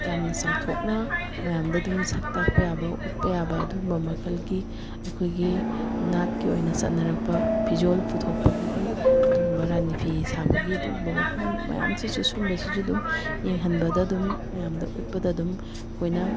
ꯌꯥꯝꯅ ꯆꯥꯎꯊꯣꯛꯅ ꯃꯌꯥꯝꯗ ꯑꯗꯨꯝ ꯁꯛ ꯇꯥꯛꯄ ꯌꯥꯕ ꯎꯠꯄ ꯌꯥꯕ ꯑꯗꯨꯒꯨꯝꯕ ꯃꯈꯜꯒꯤ ꯑꯩꯈꯣꯏꯒꯤ ꯅꯥꯠꯀꯤ ꯑꯣꯏꯅ ꯆꯠꯅꯔꯛꯄ ꯐꯤꯖꯣꯜ ꯄꯨꯊꯣꯛꯄꯒꯤ ꯑꯗꯨꯒꯨꯝꯕ ꯔꯥꯅꯤ ꯐꯤ ꯁꯥꯕꯒꯤ ꯑꯗꯨꯒꯨꯝꯕ ꯃꯐꯝ ꯃꯌꯥꯝꯁꯤꯁꯨ ꯁꯨꯝꯕꯁꯤꯁꯨ ꯑꯗꯨꯝ ꯌꯦꯡꯍꯟꯕꯗ ꯑꯗꯨꯝ ꯃꯌꯥꯝꯗ ꯎꯠꯄꯗ ꯑꯗꯨꯝ ꯑꯩꯈꯣꯏꯅ